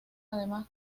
además